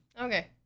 Okay